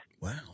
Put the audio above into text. Wow